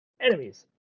enemies